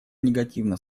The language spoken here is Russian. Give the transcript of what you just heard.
негативно